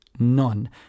None